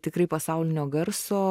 tikrai pasaulinio garso